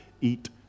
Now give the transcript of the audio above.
eat